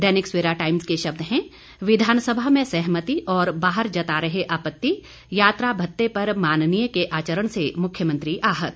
दैनिक Savera Times के शब्द हैं विधानसभा में सहमति और बाहर जता रहे आपत्ति यात्रा भत्ते पर माननीय के आचरण से मुख्यमंत्री आहत